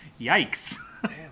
yikes